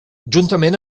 juntament